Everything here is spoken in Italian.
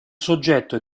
soggetto